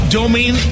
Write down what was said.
domain